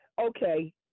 Okay